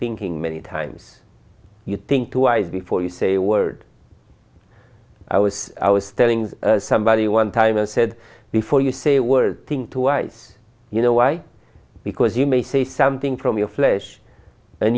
thinking many times you think twice before you say a word i was i was telling somebody one time i said before you say a word thing two eyes you know why because you may say something from your flesh and